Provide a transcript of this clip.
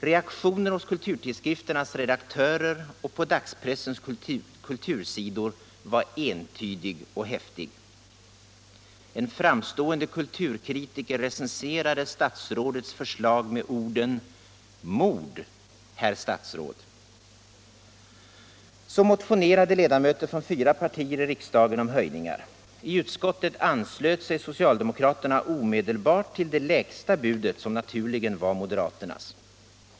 Reaktionen hos kulturtidskrifternas redaktörer och på dagspressens kultursidor var entydig och häftig. En framstående kulturkritiker recenserade statsrådets förslag med orden: ”Mord, herr statsråd”. Så motionerade ledamöter från fyra partier i riksdagen om höjningar. I utskottet anslöt sig socialdemokraterna omedelbart till det lägsta budet, som naturligen var moderaternas.